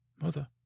Mother